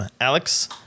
Alex